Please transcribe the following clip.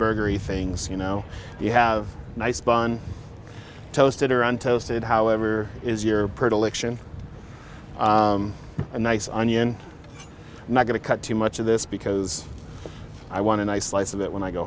burger he things you know you have nice bun toasted around toasted however is your predilection a nice onion not going to cut too much of this because i want and i slice of it when i go